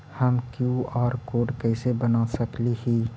हम QR code कैसे बना सकली ही?